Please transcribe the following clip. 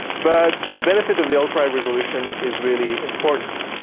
but the benefit of the ultra high resolution is really important.